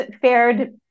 fared